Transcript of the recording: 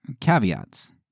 caveats